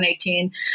2018